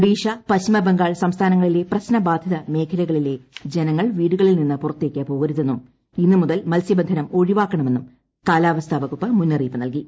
ഒഡീഷ പശ്ചിമബംഗാൾ സംസ്ഥാനങ്ങളിലെ പ്രശ്നബാധിത മേഖലകളിലെ ജനങ്ങൾ വീടുകളിൽ നിന്ന് പുറത്തേക്ക് പോകരുതെന്നും ഇന്ന് മുതൽ മത്സ്യബന്ധനം ഒഴിവാക്കണമെന്നും കാലാവസ്ഥ വകുപ്പ് മുന്നറിയിപ്പ് നൽകി